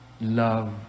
love